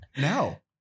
Now